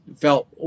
felt